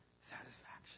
satisfaction